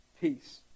peace